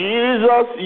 Jesus